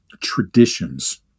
traditions